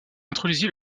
introduisit